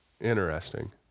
Interesting